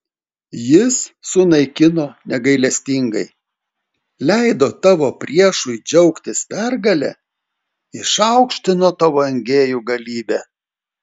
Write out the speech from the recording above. jis sunaikino negailestingai leido tavo priešui džiaugtis pergale išaukštino tavo engėjų galybę